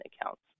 accounts